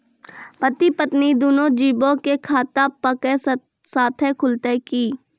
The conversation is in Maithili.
पति पत्नी दुनहु जीबो के खाता एक्के साथै खुलते की?